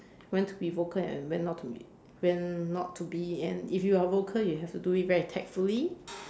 when to be vocal and when not to be when not to be and if you are vocal you have to do it very tactfully